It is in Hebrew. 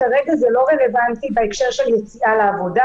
כרגע זה לא רלוונטי בהקשר של יציאה לעבודה.